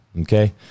Okay